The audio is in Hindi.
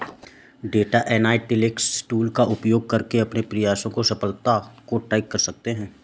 डेटा एनालिटिक्स टूल का उपयोग करके अपने प्रयासों की सफलता को ट्रैक कर सकते है